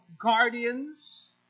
guardians